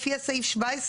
לפי סעיף 17,